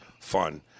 fun